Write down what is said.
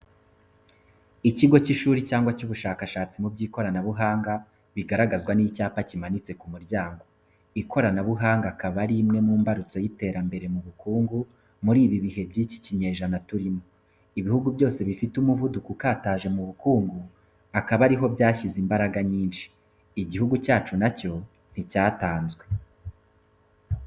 Ikigo cy'ishuri cyangwa cy'ubushakashatsi mu by'ikoranabuhanga. Biragaragazwa n'icyapa kimanitse ku muryango. Ikoranabuhanga akaba ari imwe mu mbarutso y'iterambere mu bukungu muri ibi bihe by'iki kinyejana turimo. Ibihugu byose bifite umuvuduko ukataje mu bukungu akaba ari ho byashyize imbaraga nyinshi. Igihugu cyacu na cyo nticyatanzwe.